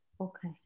Okay